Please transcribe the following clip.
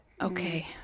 okay